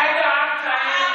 מתי דאגת להם?